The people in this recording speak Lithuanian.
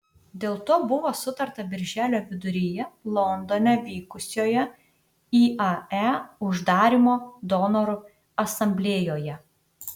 dėl to buvo sutarta birželio viduryje londone vykusioje iae uždarymo donorų asamblėjoje